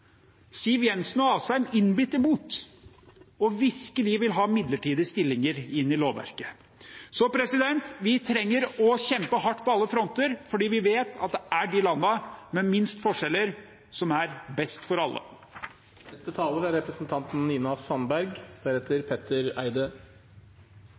Siv Jensen og Asheim innbitt imot og vil virkelig ha midlertidige stillinger inn i lovverket. Så vi trenger å kjempe hardt på alle fronter, for vi vet at det er landene med minst forskjeller som er best for alle. Ulikhet er